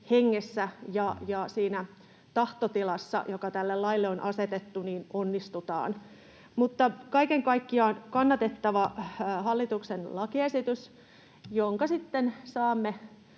hengessä ja siinä tahtotilassa, joka tälle laille on asetettu, onnistutaan. Mutta kaiken kaikkiaan kannatettava hallituksen lakiesitys, jonka sitten saamme